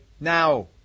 now